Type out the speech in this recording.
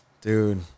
Dude